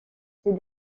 ces